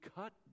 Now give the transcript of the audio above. cut